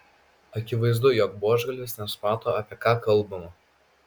akivaizdu jog buožgalvis nesuprato apie ką kalbama